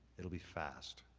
it'll be fast.